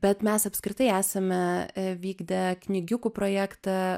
bet mes apskritai esame vykdę knygiukų projektą